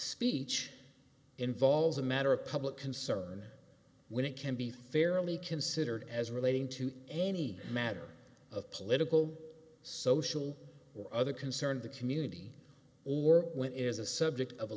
speech involves a matter of public concern when it can be fairly considered as relating to any matter of political social or other concern in the community or when it is a subject of a